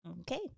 Okay